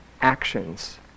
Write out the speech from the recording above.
actions